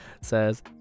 says